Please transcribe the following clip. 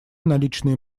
наличные